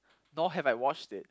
nor have I watched it